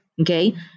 okay